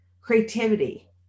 creativity